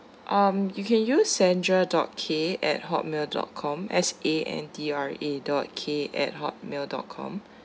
um you can use sandra dot K at hotmail dot com S A N D R A dot K at hotmail dot com